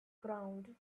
ground